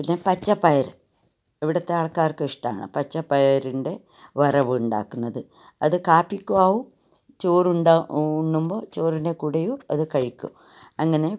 പിന്നെ പച്ച പയർ ഇവിടുത്തെ ആൾക്കാർക്ക് ഇഷ്ടമാണ് പച്ച പയറിൻ്റെ വറവുണ്ടാക്കുന്നത് അത് കാപ്പിക്കും ആകും ചോറ് ഉണ്ടാ ഉണ്ണുമ്പോൾ ചോറിൻ്റെ കൂടെയും അത് കഴിക്കും അങ്ങനെ